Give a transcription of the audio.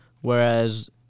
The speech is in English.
whereas